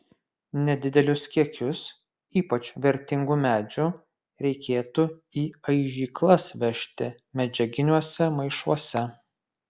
nedidelius kiekius ypač vertingų medžių reikėtų į aižyklas vežti medžiaginiuose maišuose